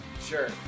Sure